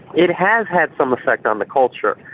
it has had some effect on the culture.